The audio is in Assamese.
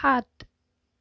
সাত